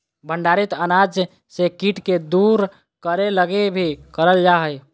भंडारित अनाज से कीट के दूर करे लगी भी करल जा हइ